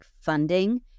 funding